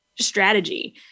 strategy